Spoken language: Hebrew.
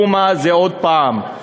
דומא זה עוד פעם.